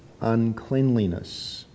uncleanliness